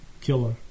Killer